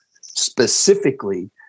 specifically